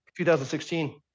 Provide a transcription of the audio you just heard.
2016